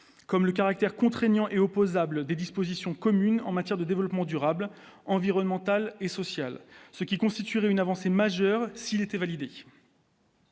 comme le caractère contraignant et opposable des dispositions communes en matière de développement durable environnemental et social, ce qui constituerait une avancée majeure, s'il était validé.